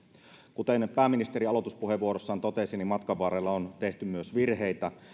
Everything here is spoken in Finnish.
kuten pääministeri aloituspuheenvuorossaan totesi matkan varrella on tehty myös virheitä